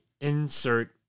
insert